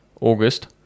August